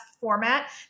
format